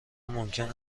ممکن